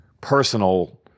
personal